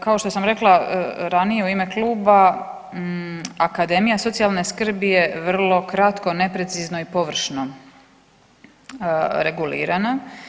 Kao što sam rekla ranije u ime kluba akademija socijalne skrbi je vrlo kratko, neprecizno i površno regulirana.